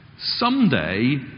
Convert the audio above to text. Someday